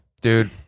dude